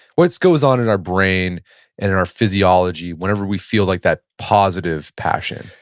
what goes on in our brain and in our physiology whenever we feel like that positive passion?